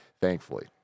thankfully